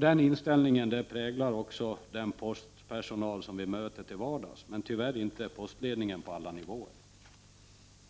Den inställningen präglar också den postpersonal som vi möter till vardags, men tyvärr inte postledningen på alla nivåer.